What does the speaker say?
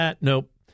Nope